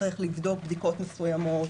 שצמריך לבדוק בדיקות מסוימות,